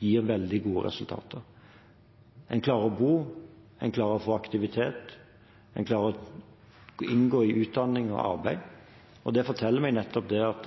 gir veldig gode resultater. En klarer å bo, en klarer å få aktivitet, og en klarer å inngå i utdanning og arbeid. Det forteller meg nettopp at